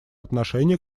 отношение